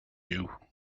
you